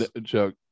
joke